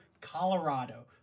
Colorado